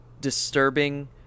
disturbing